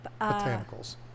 botanicals